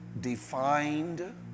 defined